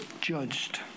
judged